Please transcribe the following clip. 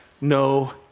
no